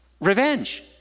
revenge